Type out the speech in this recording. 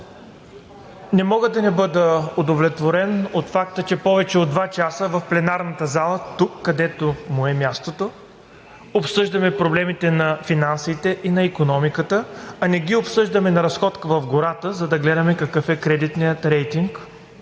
Не мога да не бъда удовлетворен от факта, че повече от два часа в пленарната зала – тук, където му е мястото, обсъждаме проблемите на финансите и на икономиката, а не ги обсъждаме на разходка в гората, за да гледаме какъв е кредитният рейтинг,